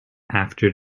after